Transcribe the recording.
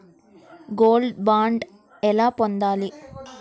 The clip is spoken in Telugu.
గోల్డ్ బాండ్ ఎలా పొందాలి?